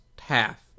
half